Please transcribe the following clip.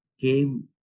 came